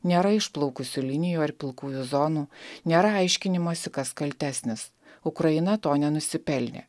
nėra išplaukusių linijų ar pilkųjų zonų nėra aiškinimosi kas kaltesnis ukraina to nenusipelnė